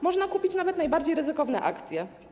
Można kupić nawet najbardziej ryzykowne akcje.